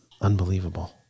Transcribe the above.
unbelievable